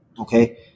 okay